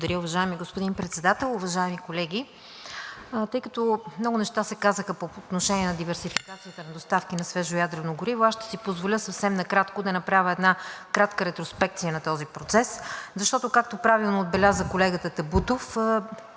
Благодаря. Уважаеми господин Председател, уважаеми колеги! Тъй като много неща се казаха по отношение на диверсификацията на доставки на свежо ядрено гориво, ще си позволя съвсем накратко да направя кратка ретроспекция на този процес, защото, както правилно отбеляза колегата Табутов,